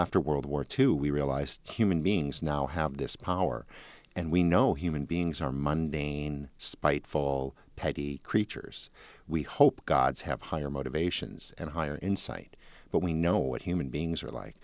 after world war two we realized human beings now have this power and we know human beings are mundine spiteful petty creatures we hope gods have higher motivations and higher insight but we know what human beings are like